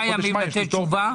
פנייה 37005 משרד התיירות.